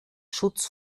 schutz